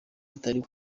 atari